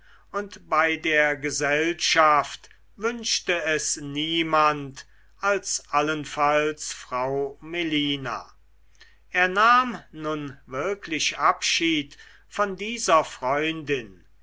und bei der gesellschaft wünschte es niemand als allenfalls frau melina er nahm nun wirklich abschied von dieser freundin